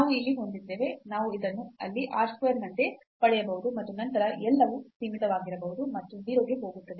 ನಾವು ಇಲ್ಲಿ ಹೊಂದಿದ್ದೇವೆ ನಾವು ಇದನ್ನು ಅಲ್ಲಿ r square ನಂತೆ ಪಡೆಯಬಹುದು ಮತ್ತು ನಂತರ ಎಲ್ಲವು ಸೀಮಿತವಾಗಿರಬಹುದು ಮತ್ತು r 0 ಗೆ ಹೋಗುತ್ತದೆ